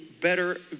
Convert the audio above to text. better